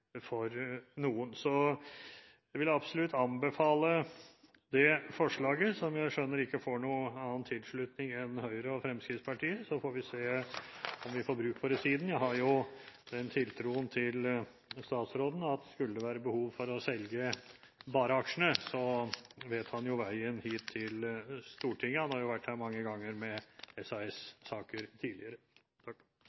noen. Så jeg vil absolutt anbefale det forslaget, som jeg skjønner ikke får tilslutning fra andre enn Høyre og Fremskrittspartiet. Vi får se om vi får bruk for det siden. Jeg har den tiltro til statsråden at skulle det være behov for å selge bare aksjene, vet han veien hit til Stortinget – han har jo vært her mange ganger med SAS-saker tidligere. Luftfarten er inne i ein turbulent periode, og det rammar også SAS.